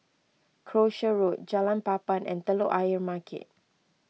Croucher Road Jalan Papan and Telok Ayer Market